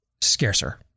scarcer